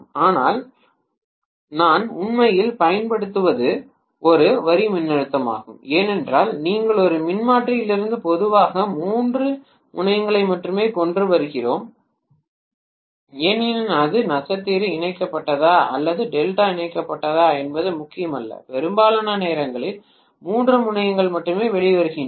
ஆனால் நான் உண்மையில் பயன்படுத்துவது ஒரு வரி மின்னழுத்தமாகும் ஏனென்றால் நீங்கள் ஒரு மின்மாற்றியிலிருந்து பொதுவாக மூன்று முனையங்களை மட்டுமே கொண்டு வருகிறோம் ஏனெனில் அது நட்சத்திர இணைக்கப்பட்டதா அல்லது டெல்டா இணைக்கப்பட்டதா என்பது முக்கியமல்ல பெரும்பாலான நேரங்களில் மூன்று முனையங்கள் மட்டுமே வெளிவருகின்றன